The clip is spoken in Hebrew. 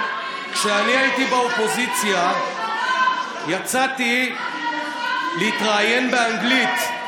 כשאני הייתי באופוזיציה יצאתי להתראיין באנגלית,